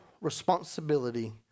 responsibility